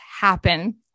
happen